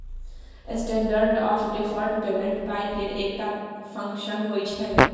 standard of deferred payment पाइ केर एकटा फंक्शन होइ छै